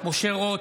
משה רוט,